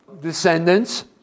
descendants